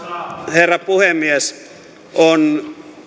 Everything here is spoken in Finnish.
herra puhemies on